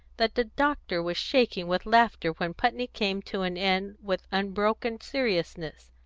that the doctor was shaking with laughter when putney came to an end with unbroken seriousness.